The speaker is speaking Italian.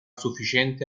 sufficiente